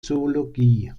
zoologie